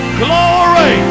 glory